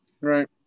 Right